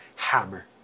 hammer